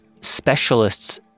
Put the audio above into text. specialists